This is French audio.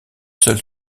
seule